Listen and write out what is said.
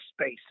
space